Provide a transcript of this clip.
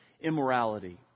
immorality